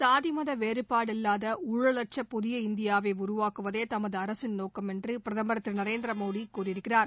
சாத மத ஊழல் இல்லாத புதிய இந்தியாவை உருவாக்குவதே தமது அரசின் நோக்கம் என்று பிரதமர் திரு நரேந்திர மோடி கூறியிருக்கிறார்